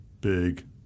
big